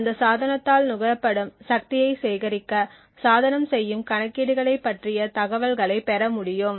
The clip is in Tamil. அந்தச் சாதனத்தால் நுகரப்படும் சக்தியைச் சேகரிக்க சாதனம் செய்யும் கணக்கீடுகளைப் பற்றிய தகவல்களை பெற முடியும்